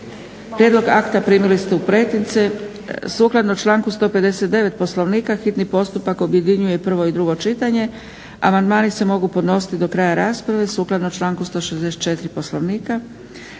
Prijedlog akta primili ste u pretince. Sukladno članku 159. Poslovnika hitni postupak objedinjuje prvo i drugo čitanje, a amandmani se mogu podnositi do kraja rasprave. Raspravu su proveli